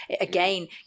Again